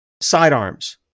sidearms